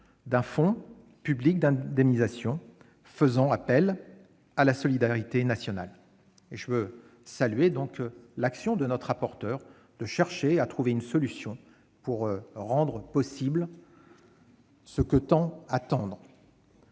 un fonds public d'indemnisation faisant appel à la solidarité nationale. Je veux donc saluer l'action de notre rapporteur pour trouver une solution, afin de rendre possible ce que tant attendent.